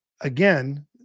again